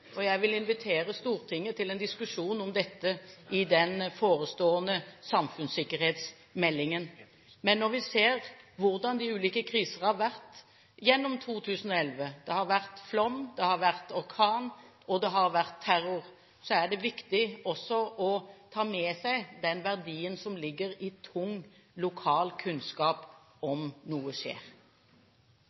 Jeg vil invitere Stortinget til en diskusjon om dette i den forestående samfunnssikkerhetsmeldingen. Når vi ser hvordan de ulike krisene har vært gjennom 2011 – det har vært flom, det har vært orkan, og det har vært terror – er det også viktig å ta med seg den verdien som ligger i tung lokal kunnskap om noe skjer.